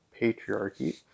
patriarchy